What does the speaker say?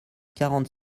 quarante